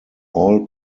all